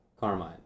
Carmine